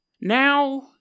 Now